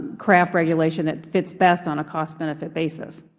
craft regulation that fits best on a costbenefit basis.